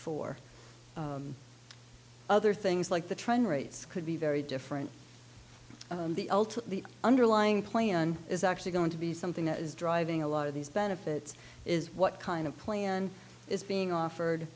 for other things like the trend rates could be very different the ulta the underlying plan is actually going to be something that is driving a lot of these benefits is what kind of plan is being offered